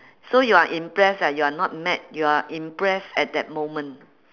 so you are impressed eh you're not mad you are impressed at that moment